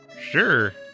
sure